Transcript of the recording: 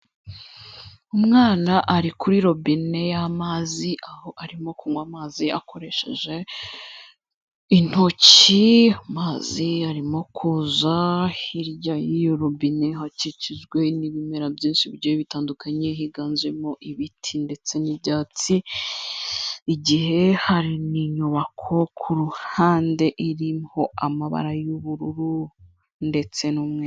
Umwana ari kuri robine y'amazi, aho arimo kunywa amazi akoresheje intoki, amazi arimo kuza, hirya y'iyo robine hakikijwe n'ibimera byinshi bigiye bitandukanye, higanjemo ibiti ndetse n'ibyatsi, igihe hari n'nyubako ku ruhande irimo amabara y'ubururu ndetse n'umweru.